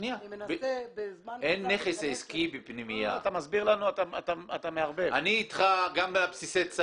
אין אפשרות לשר הפנים לתת פטור --- פנימייה היא נכס עסקי?